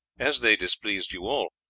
as they displeased you all,